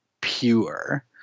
pure